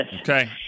Okay